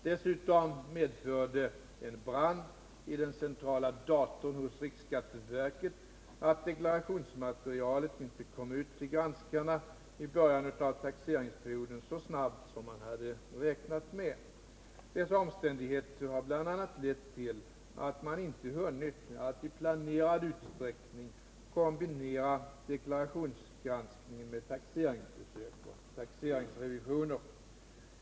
Dessutom medförde en brand i den centrala datorn hos riksskatteverket att deklarationsmaterialet inte kom ut till granskarna i början av taxeringsperioden så snabbt som man hade räknat med. Dessa omständigheter har bl.a. lett till att man inte hunnit att i planerad utsträckning kombinera deklarationsgranskningen med taxeringsbesök och taxeringsrevisioner.